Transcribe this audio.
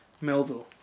Melville